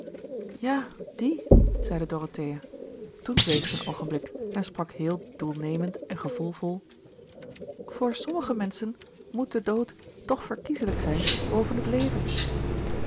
ja die zeide dorothea toen zweeg ze een oogenblik en sprak heel doelnemend en gevoelvol voor sommige gerard keller het testament van mevrouw de tonnette menschen moet de dood toch verkieslijk zijn boven bet leven